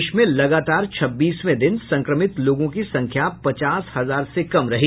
देश में लगातार छब्बीसवें दिन संक्रमित लोगों की संख्या पचास हजार से कम रही